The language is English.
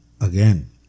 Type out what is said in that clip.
Again